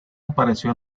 apareció